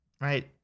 right